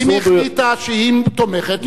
אם היא החליטה שהיא תומכת,